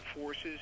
forces